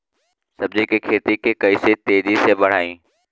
सब्जी के खेती के कइसे तेजी से बढ़ाई?